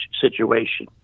situation